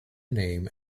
name